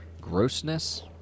grossness